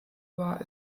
war